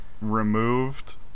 removed